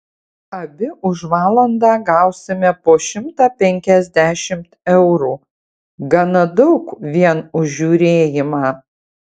abi už valandą gausime po šimtą penkiasdešimt eurų gana daug vien už žiūrėjimą